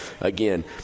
again